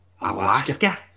Alaska